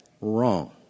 wrong